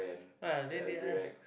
ah then they ask